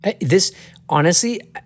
This—honestly—